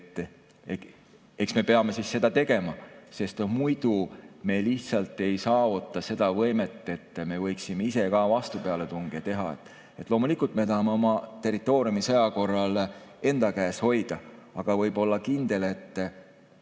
Eks me peame seda tegema, sest muidu me lihtsalt ei saavuta seda võimet, et me võiksime ise ka vastupealetunge teha. Loomulikult me tahame oma territooriumi sõja korral enda käes hoida, aga võib olla kindel, et